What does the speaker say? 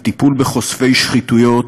הטיפול בחושפי שחיתויות,